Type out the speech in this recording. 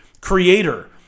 creator